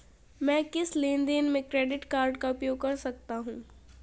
मैं किस लेनदेन में क्रेडिट कार्ड का उपयोग कर सकता हूं?